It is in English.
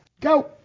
go